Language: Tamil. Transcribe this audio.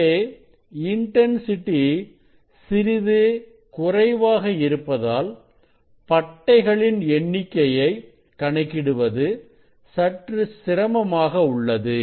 இங்கே இன்டன்சிட்டி சிறிது குறைவாக இருப்பதால் பட்டைகளின் எண்ணிக்கையை கணக்கிடுவது சற்று சிரமமாக உள்ளது